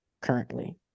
currently